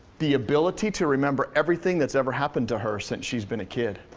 the ability to remember everything that's ever happened to her since she's been a kid.